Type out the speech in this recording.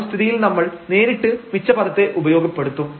ആ ഒരു സ്ഥിതിയിൽ നമ്മൾ നേരിട്ട് മിച്ച പദത്തെ ഉപയോഗപ്പെടുത്തും